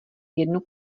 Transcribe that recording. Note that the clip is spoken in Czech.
jednu